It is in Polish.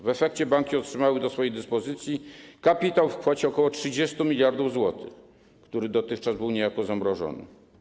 W efekcie banki otrzymały do swojej dyspozycji kapitał w kwocie ok. 30 mld zł, który dotychczas był niejako zamrożony.